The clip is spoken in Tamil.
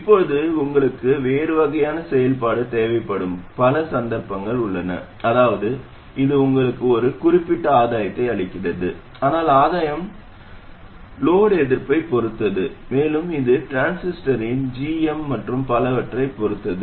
இப்போது உங்களுக்கு வேறு வகையான செயல்பாடு தேவைப்படும் பல சந்தர்ப்பங்கள் உள்ளன அதாவது இது உங்களுக்கு ஒரு குறிப்பிட்ட ஆதாயத்தை அளிக்கிறது ஆனால் ஆதாயம் சுமை எதிர்ப்பைப் பொறுத்தது மேலும் இது டிரான்சிஸ்டரின் g m மற்றும் பலவற்றைப் பொறுத்தது